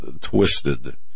twisted